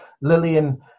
Lillian